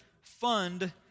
fund